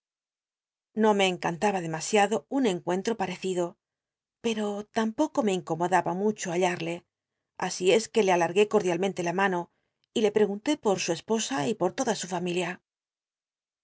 no me encantaba demasiado un encuentro pareciclo pero tampoco me incomodaba mucho hallarle asi es que le alargué cordialmente la mano y le l'egunté por su esposa y por toda su familia